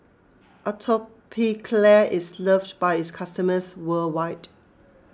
Atopiclair is loved by its customers worldwide